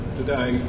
today